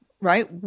right